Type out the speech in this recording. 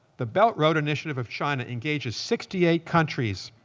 the belt road initiative of china engages sixty eight countries,